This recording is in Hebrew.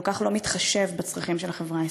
כל כך לא מתחשב בצרכים של החברה הישראלית.